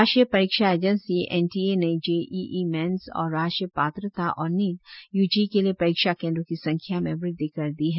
राष्ट्रीय परीक्षा agency NTA ने जेईई मेन्स और राष्ट्रीय पात्रता और नीट यूजी के लिए परीक्षा केन्द्रों की संख्या में वृद्धि कर दी है